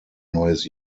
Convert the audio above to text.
neues